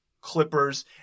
Clippers